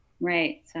Right